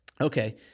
okay